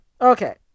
Okay